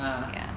uh